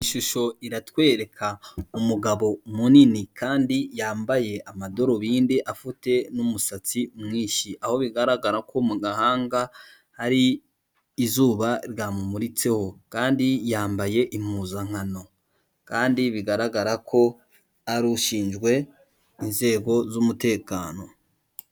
Ishusho iratwereka umugabo munini kandi yambaye amadarobindi afite n'umusatsi mwinshi, aho bigaragara ko mu gahanga hari izuba ryamumuritseho kandi yambaye impuzankano kandi bigaragara ko ari ushinzwe inzego z'umutekano.